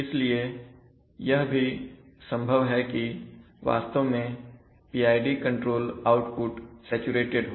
इसलिए यह भी संभव है कि वास्तव में PID कंट्रोल आउटपुट सैचुरेटेड हो